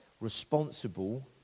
responsible